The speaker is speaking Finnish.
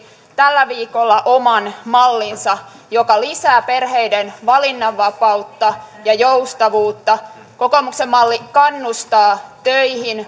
tällä viikolla oman mallinsa joka lisää perheiden valinnanvapautta ja joustavuutta kokoomuksen malli kannustaa töihin